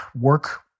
work